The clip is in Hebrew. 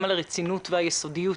גם על הרצינות והיסודיות.